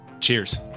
Cheers